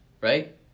right